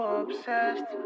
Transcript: obsessed